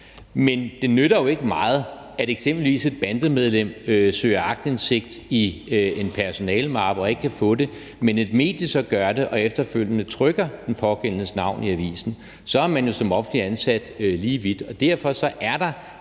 men det nytter jo ikke meget, at eksempelvis et bandemedlem søger aktindsigt i en personalemappe og ikke kan få det, hvis et medie så gør det og efterfølgende trykker den pågældendes navn i avisen. Så er man jo som offentligt ansat lige vidt. Derfor er der